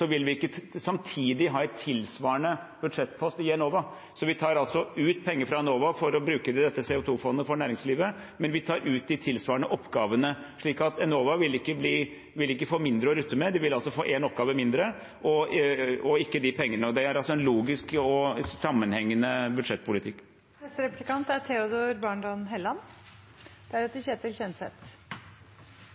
vil vi ikke samtidig ha en tilsvarende budsjettpost i Enova. Så vi tar ut penger fra Enova for å bruke det til dette CO 2 -fondet for næringslivet, men vi tar ut de tilsvarende oppgavene, slik at Enova vil ikke få mindre å rutte med, de vil få en oppgave mindre og ikke de pengene. Det er en logisk og sammenhengende